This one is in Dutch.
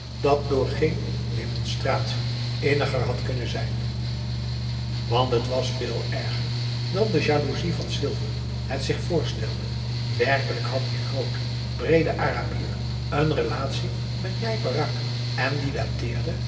dat door geen demonstratie inniger had kunnen zijn want het was veel erger dan de jaloezie van silver het zich voorstelde werkelijk had die groote breede arabier een relatie met njai peraq en die dateerde